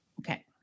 Okay